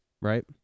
Right